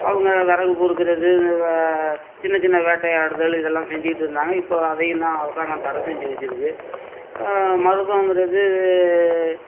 அவங்க விறகு பொருக்கறது இது வ சின்ன சின்ன வேட்டையாடுதல் இதெல்லாம் செஞ்சிக்கிட்டுருந்தாங்க இப்போ அதையும் தான் அரசாங்கம் தடை செஞ்சி வச்சிருக்கு மருதங்கிறது